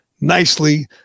nicely